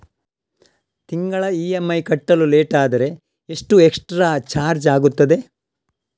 ತಿಂಗಳ ಇ.ಎಂ.ಐ ಕಟ್ಟಲು ಲೇಟಾದರೆ ಎಷ್ಟು ಎಕ್ಸ್ಟ್ರಾ ಚಾರ್ಜ್ ಆಗುತ್ತದೆ?